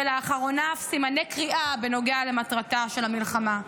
ולאחרונה אף סימני קריאה, בנוגע למטרתה של המלחמה.